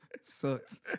Sucks